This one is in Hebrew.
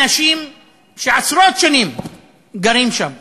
אנשים שעשרות שנים גרים שם,